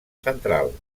central